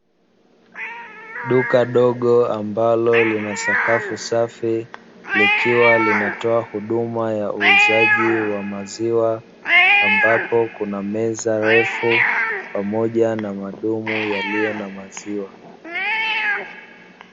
Duka dogo ambalo lina sakafu safi, likiwa linatoa huduma ya uuzaji wa maziwa, ambapo kuna meza ndefu pamoja na madumu yaliyo na maziwa.